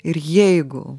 ir jeigu